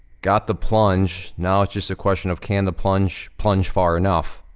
got the plunge, now it's just a question of can the plunge, plunge far enough?